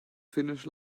finish